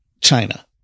China